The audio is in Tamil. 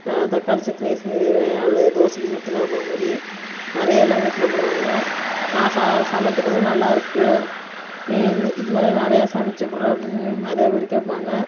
தக்காளி சட்னி செய்வேன் அது தோசைக்கு தொட்டு சாப்பிடுற மாதிரி நிறையா எல்லோருமே சாப்பிடுவாங்க நான் ச சமைக்கிறது நல்லா இருக்குது நீ இந்த இது மாதிரி நிறையா சமைச்சி குட்றா அப்படின்னு நிறையா பேர் கேட்பாங்க